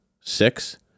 six